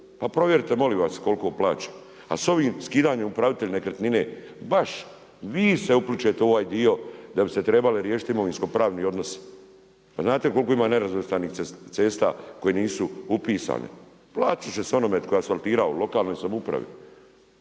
pa provjerite, molim vas koliko plaća, a s ovim skidanjem…/Govornik se ne razumije./…nekretnine, baš vi se uplićete u ovaj dio da bi se trebali riješiti imovino-pravni odnosi. Znate koliko ima nerazvrstanih cesta koje nisu upisane? Platit će se onome tko je asfaltirao, lokalnoj samoupravi.